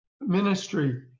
ministry